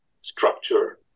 structure